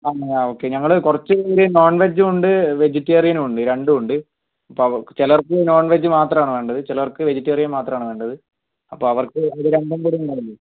അങ്ങനെയാണ് ഓക്കെ ഞങ്ങൾ കുറച്ച് പേര് നോൺവെജും ഉണ്ട് വെജിറ്റേറിയനും ഉണ്ട് രണ്ടുമുണ്ട് അപ്പോൾ ചിലവർക്ക് നോൺവെജ് മാത്രമാണ് വേണ്ടത് ചിലവർക്ക് വെജിറ്റേറിയൻ മാത്രമാണ് വേണ്ടത് അപ്പോൾ അവർക്ക് രണ്ടും കൂടി ഉണ്ടാവില്ലേ